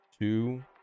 two